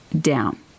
down